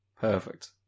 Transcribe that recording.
Perfect